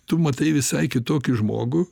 tu matai visai kitokį žmogų